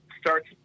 starts